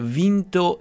vinto